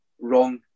wrong